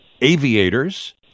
Aviators